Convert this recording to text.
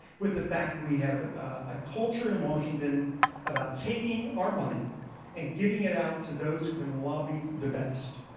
with the fact we have a culture in washington about taking our money and giving it out to those who can lobby the best.